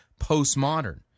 postmodern